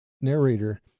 narrator